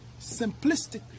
simplistically